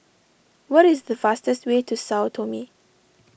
what is the fastest way to Sao Tome